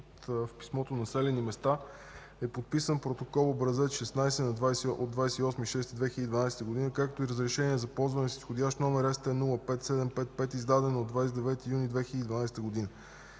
в писмото населени места, е подписан протокол Образец 16 от 28.06.2012 г., както и Разрешение за ползване с изходящ № СТ-05-755, издадено от 29 юни 2012 г. на